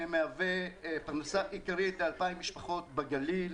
מהווה פרנסה עיקרית ל-2,000 משפחות בגליל,